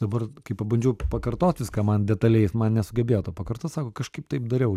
dabar kai pabandžiau pakartot viską man detaliai man nesugebėjo to pakartot sako kažkaip taip dariau